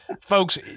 folks